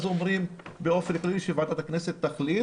אז אומרים באופן עקרוני שוועדת הכנסת תחליט